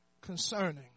concerning